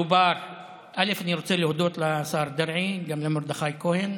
אני רוצה להודות לשר דרעי, גם למרדכי דרעי,